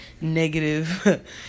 negative